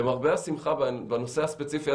למרבה השמחה בנושא הספציפי,